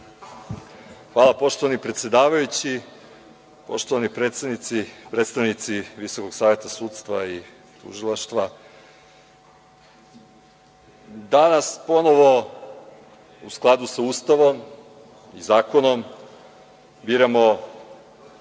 Hvala poštovani predsedavajući. Poštovani predsednici, predstavnici Visokog saveta sudstva i tužilaštva, danas ponovo u skladu sa Ustavom i zakonom biramo